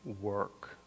work